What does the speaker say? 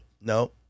No